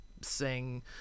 sing